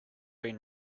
been